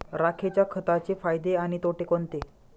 राखेच्या खताचे फायदे आणि तोटे कोणते?